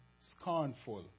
scornful